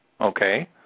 Okay